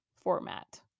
format